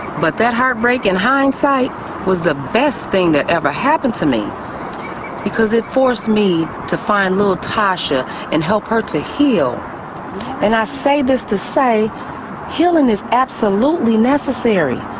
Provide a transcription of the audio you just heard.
but that heartbreak in hindsight was the best thing that ever happened to me because it forced me to find little tasha and help her to heal and i say this to say healing is absolutely necessary.